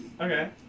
Okay